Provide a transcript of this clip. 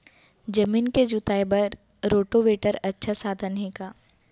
जमीन के जुताई बर रोटोवेटर अच्छा साधन हे का?